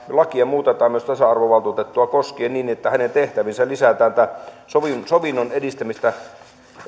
lakia muutetaan myös tasa arvovaltuutettua koskien niin että hänen tehtäviinsä lisätään tämä sovinnon sovinnon edistämistä